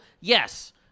yes